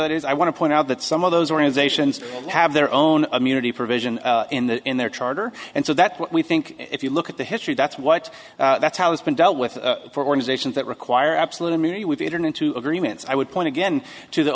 that is i want to point out that some of those organizations have their own immunity provision in their charter and so that's what we think if you look at the history that's what that's how it's been dealt with for organizations that require absolute immunity with the internet to agreements i would point again to the